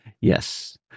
Yes